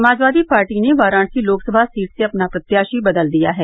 समाजवादी पार्टी ने वाराणसी लोकसभा सीट से अपना प्रत्याशी बदल दिया है